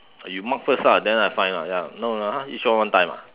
ah you mark first lah then I find lah ya no !huh! each one one time ah